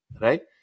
right